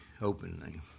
openly